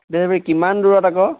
delivery কিমান দূৰত আকৌ